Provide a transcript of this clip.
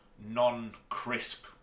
non-crisp